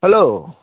hello